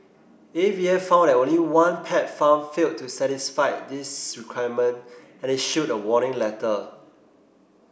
A V A found that only one pet farm failed to satisfy these requirement and issued a warning letter